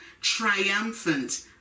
triumphant